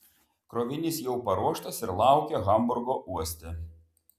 krovinys jau paruoštas ir laukia hamburgo uoste